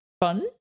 fun